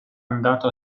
andato